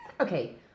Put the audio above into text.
Okay